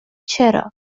چرا